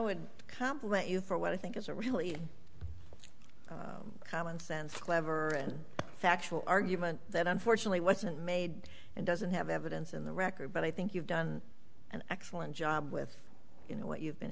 would compliment you for what i think is a really common sense clever factual argument that unfortunately wasn't made and doesn't have evidence in the record but i think you've done an excellent job with you know what you've been